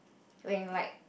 when like